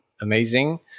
amazing